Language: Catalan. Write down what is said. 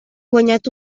guanyat